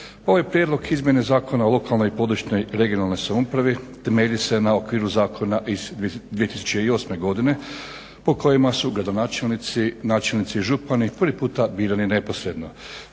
Ovaj Prijedlog izmjene Zakona o lokalnoj, područnoj (regionalnoj) samoupravi temelji se na okviru zakona iz 2008. godine, po kojima su gradonačelnici, načelnici i župani prvi puta birani neposredno,